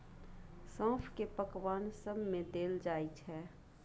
सौंफ केँ पकबान सब मे देल जाइ छै